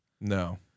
No